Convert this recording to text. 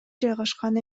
жайгашкан